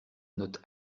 notes